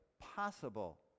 possible